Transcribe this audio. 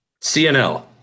CNL